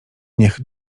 niech